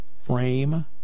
frame